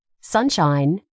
sunshine